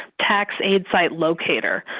tax a site locator.